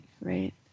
Right